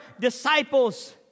disciples